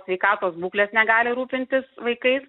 sveikatos būklės negali rūpintis vaikais